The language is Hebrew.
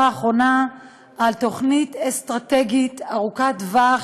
האחרונה על תוכנית אסטרטגית ארוכת טווח,